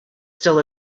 still